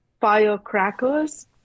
Firecrackers